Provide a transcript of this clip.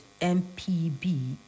MPB